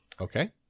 Okay